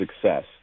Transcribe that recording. success